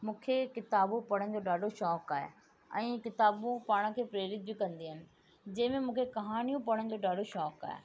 मूंखे किताबू पढ़ण जो ॾाढो शौक़ु आहे ऐं किताबू पाण खे प्रेरित बि कंदियूं आहिनि जंहिंमें मूंखे कहाणियूं पढ़ण जो ॾाढो शौक़ु आहे